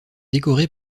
décoré